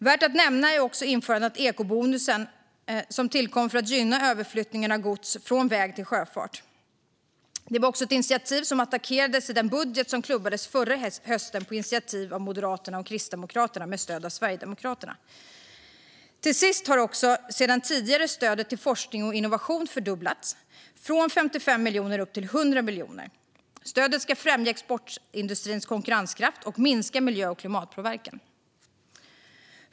Det är också värt att nämna införandet av ekobonusen, som tillkom för att gynna överflyttningen av gods från väg till sjöfart. Det var ett initiativ som attackerades i den budget som klubbades förra hösten på initiativ av Moderaterna och Kristdemokraterna med stöd av Sverigedemokraterna. Till sist har också sedan tidigare stödet till forskning och innovation fördubblats, från 55 miljoner kronor upp till 100 miljoner kronor. Stödet ska främja exportindustrins konkurrenskraft och minska miljö och klimatpåverkan.